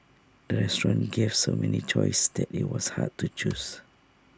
the restaurant gave so many choices that IT was hard to choose